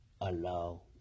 allow